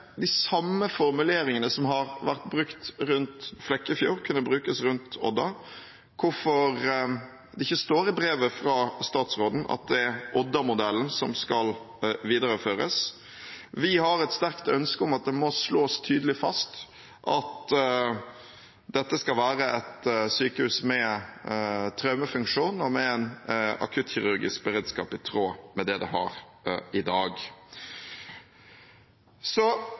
de samme formuleringene som har vært brukt rundt Flekkefjord, kunne brukes rundt Odda, og hvorfor det ikke står i brevet fra statsråden at det er Odda-modellen som skal videreføres. Vi har et sterkt ønske om at det må slås tydelig fast at dette skal være et sykehus med traumefunksjon og en akuttkirurgisk beredskap i tråd med det det har i dag.